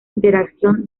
interacción